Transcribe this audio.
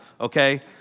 Okay